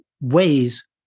ways